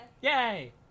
Yay